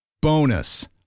Bonus